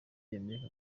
yemereye